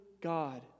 God